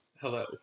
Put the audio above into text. hello